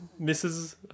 Mrs